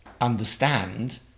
understand